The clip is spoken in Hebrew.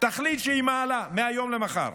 תחליט שהיא מעלה מהיום למחר.